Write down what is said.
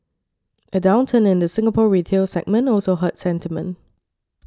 a downturn in the Singapore retail segment also hurt sentiment